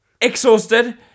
exhausted